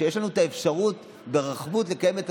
כשיש לנו את האפשרות ברוחב לקיים את